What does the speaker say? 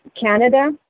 Canada